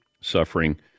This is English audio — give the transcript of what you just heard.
suffering